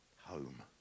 Home